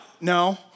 No